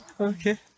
Okay